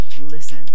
listen